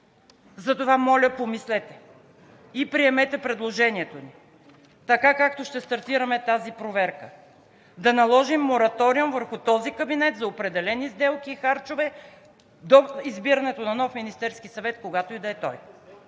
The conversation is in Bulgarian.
Затова моля, помислете и приемете предложението ни. Така както ще стартираме тази проверка, да наложим мораториум върху този кабинет за определени сделки и харчове до избирането на нов Министерски съвет, когато и да е той.